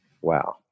Wow